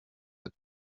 the